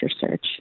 Search